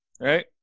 right